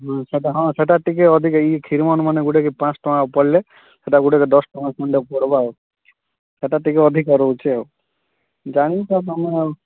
ହୁଁ ସେଟା ହଁ ଟିକେ ଅଧିକା ଇ କ୍ଷୀରମନ ମାନେ ଟିକେ ଗୁଟେକେ ପାଞ୍ଚ ଟଙ୍ଗା ପଡ଼ଲେ ସେଟା ଗୁଟେ ଦଶ ଟଙ୍ଗା ଖଣ୍ଡେ ପଡ଼ବା ସେଟା ଟିକେ ଅଧିକା ରହୁଛି ଆଉ ଜାଣିଛ ତମେ ଆଉ